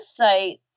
website